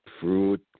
fruit